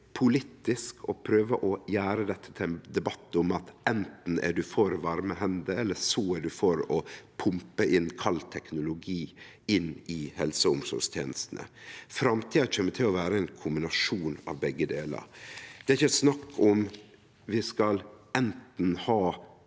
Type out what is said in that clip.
nødvendig å prøve å gjere dette til ein debatt der ein anten er for varme hender, eller så er ein for å pumpe kald teknologi inn i helse- og omsorgstenestene. Framtida kjem til å vere ein kombinasjon av begge delar. Det er ikkje snakk om at vi skal ha